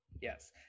yes